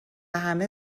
همه